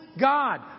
God